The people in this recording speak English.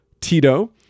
Tito